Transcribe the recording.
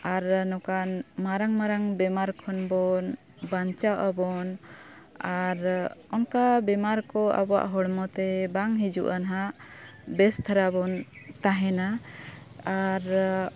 ᱟᱨ ᱱᱚᱝᱠᱟᱱ ᱢᱟᱨᱟᱝ ᱢᱟᱨᱟᱝ ᱵᱮᱢᱟᱨ ᱠᱷᱚᱱ ᱵᱚᱱ ᱵᱟᱧᱪᱟᱜ ᱟᱵᱚᱱ ᱟᱨ ᱚᱱᱠᱟ ᱵᱮᱢᱟᱨ ᱠᱚ ᱟᱵᱚᱣᱟᱜ ᱦᱚᱲᱢᱚ ᱛᱮ ᱵᱟᱝ ᱦᱤᱡᱩᱜᱼᱟ ᱱᱟᱜ ᱵᱮᱥ ᱫᱷᱟᱨᱟ ᱵᱚᱱ ᱛᱟᱦᱮᱱᱟ ᱟᱨ